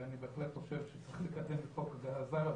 ואני בהחלט חושב שצריך לקדם את חוק הגנת סייבר.